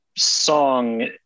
song